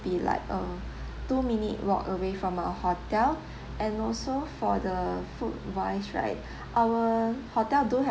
be like a two minute walk away from our hotel and also for the food wise right our hotel do have